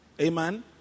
amen